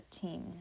team